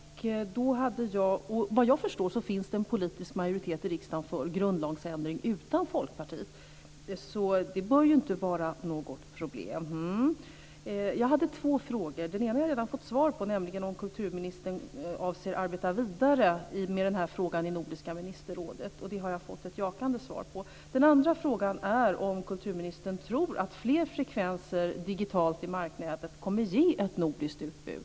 Vad jag förstår finns det en politisk majoritet i riksdagen för en grundlagsändring utan Folkpartiets medverkan. Det bör inte vara något problem. Jag hade två frågor. Den ena har jag redan fått svar på, nämligen om kulturministern avser att arbeta vidare med frågan i Nordiska ministerrådet. Den frågan har jag fått ett jakande svar på. Den andra fråga gäller om kulturministern tror att fler digitala frekvenser i marknätet kommer att ge ett nordiskt utbud.